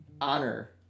honor